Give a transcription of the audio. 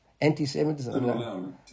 Anti-Semitism